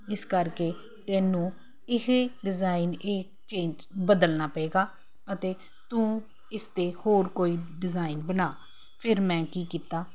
ਇਸ ਕਰਕੇ ਤੈਨੂੰ ਇਹ ਡਿਜ਼ਾਇਨ ਇਹ ਚੇਂਜ ਬਦਲਣਾ ਪਏਗਾ ਅਤੇ ਤੂੰ ਇਸ 'ਤੇ ਹੋਰ ਕੋਈ ਡਿਜ਼ਾਈਨ ਬਣਾ ਫਿਰ ਮੈਂ ਕੀ ਕੀਤਾ